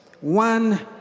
one